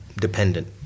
dependent